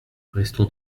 restons